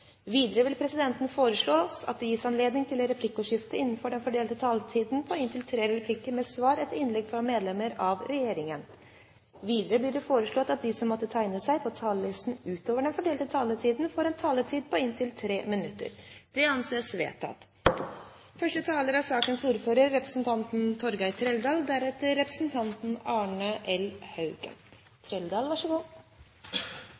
Videre vil presidenten foreslå at det gis anledning til replikkordskifte på inntil tre replikker med svar etter innlegg fra medlem av regjeringen innenfor den fordelte taletid. Videre blir det foreslått at de som måtte tegne seg på talerlisten utover den fordelte taletid, får en taletid på inntil 3 minutter. – Det anses vedtatt. Som saksordfører er